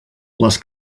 les